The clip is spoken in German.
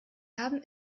haben